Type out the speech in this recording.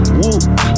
whoop